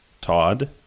Todd